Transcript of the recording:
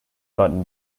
button